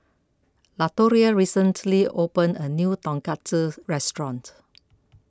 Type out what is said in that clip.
Latoria recently opened a new Tonkatsu restaurant